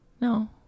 No